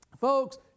folks